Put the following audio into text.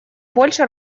больше